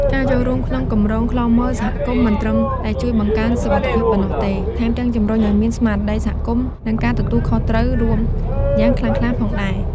ការចូលរួមក្នុងគម្រោងឃ្លាំមើលសហគមន៍មិនត្រឹមតែជួយបង្កើនសុវត្ថិភាពប៉ុណ្ណោះទេ ថែមទាំងជំរុញឲ្យមាន ស្មារតីសហគមន៍ និងការទទួលខុសត្រូវរួម យ៉ាងខ្លាំងក្លាផងដែរ។